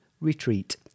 retreat